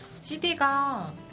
CD가